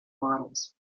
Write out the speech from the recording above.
models